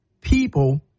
people